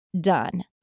done